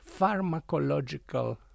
pharmacological